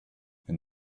and